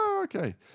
Okay